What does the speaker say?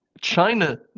China